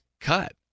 cut